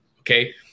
Okay